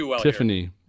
Tiffany